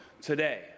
today